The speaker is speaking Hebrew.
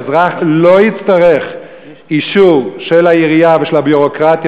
האזרח לא יצטרך אישור של העירייה ושל הביורוקרטיה,